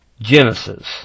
Genesis